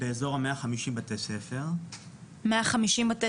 באזור 150. התזמון